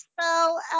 spell